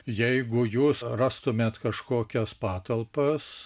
jeigu jūs rastumėt kažkokias patalpas